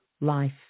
life